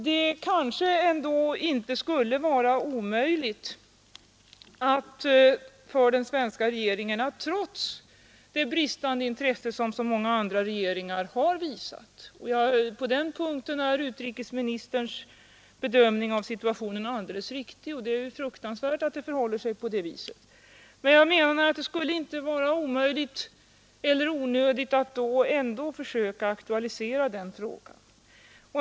Det kanske inte skulle vara omöjligt eller onödigt för den svenska regeringen att trots det bristande intresse som så många andra regeringar har visat — på den punkten är utrikesministerns bedömning av situationen alldeles riktig, och det är fruktansvärt att det förhåller sig på det viset — ändå försöka aktualisera frågan.